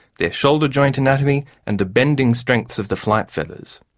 their shoulder joint anatomy and the bending strengths of the flight feathers.